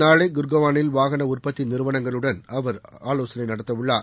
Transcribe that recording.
நாளை குர்கானில் வாகன உற்பத்தி நிறுவனங்களுடன் அவர் ஆலோசனை நடத்தவுள்ளார்